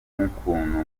n’ukuntu